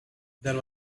there